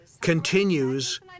continues